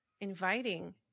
Inviting